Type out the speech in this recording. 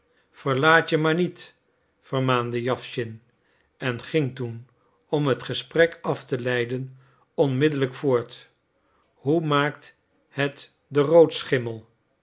verlaat je maar niet vermaande jawschin en ging toen om het gesprek af te leiden onmiddellijk voort hoe maakt het de